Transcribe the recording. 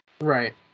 right